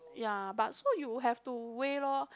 ya but so you have to weigh lor